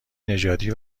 نژادی